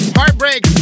Heartbreak